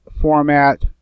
format